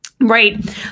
right